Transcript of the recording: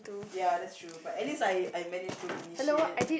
ya that's true but at least I I manage to initiate